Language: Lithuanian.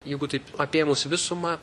jeigu taip apėmus visumą